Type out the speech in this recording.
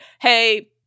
Hey